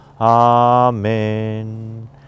Amen